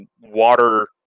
water